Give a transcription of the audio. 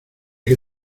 que